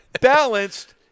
balanced